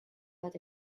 but